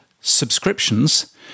subscriptions